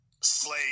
slave